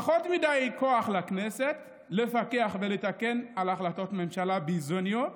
פחות מדי כוח לכנסת לפקח ולתקן החלטות ממשלה ביזיוניות.